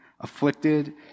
afflicted